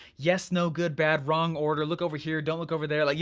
yes, no, good, bad, wrong order, look over here, don't look over there, like you